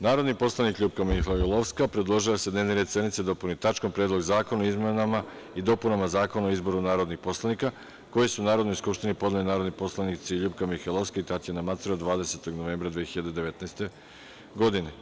Narodni poslanik Ljupka Mihajlovska predložila je da se dnevni red sednice dopuni tačkom – Predlog zakona o izmenama i dopunama Zakona o izboru narodnih poslanika, koji su Narodnoj skupštini podneli narodni poslanici Ljupka Mihajlovska i Tatjana Macura 20. novembra 2019. godine.